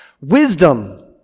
Wisdom